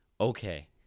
okay